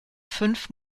fünf